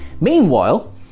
Meanwhile